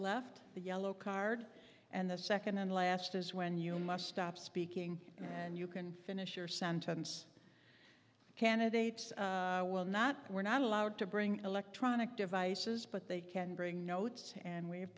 left the yellow card and the second and last is when you must stop speaking and you can finish your sentence candidates will not we're not allowed to bring electronic devices but they can bring notes and we have